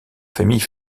famille